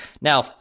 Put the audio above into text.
Now